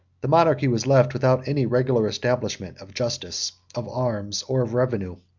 the monarchy was left without any regular establishment of justice, of arms, or of revenue.